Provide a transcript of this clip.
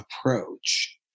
approach